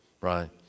right